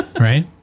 Right